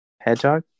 Hedgehog